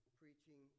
preaching